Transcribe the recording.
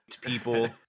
people